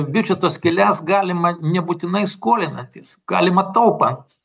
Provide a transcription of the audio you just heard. biudžeto skyles galima nebūtinai skolinantis galima taupant